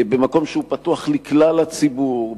במקום שהוא פתוח לכלל הציבור,